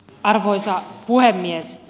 arvoisa puhemies